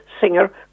singer